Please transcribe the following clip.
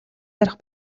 ярих